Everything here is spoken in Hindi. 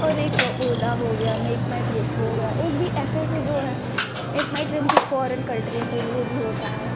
और एक ओला हो गया मेक माइ ट्रिप हो गया एक भी ऐसे ऐसे जो हैं मेक माई ट्रिप जो फौरन कंट्री के लिए भी होता है